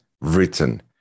written